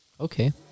Okay